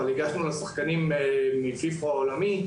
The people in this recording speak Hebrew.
אבל הגשנו לשחקנים מפיפ"א העולמי,